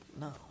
No